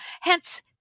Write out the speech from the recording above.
hence